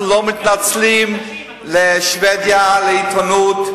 אנחנו לא מתנצלים לפני שבדיה, לפני העיתונות.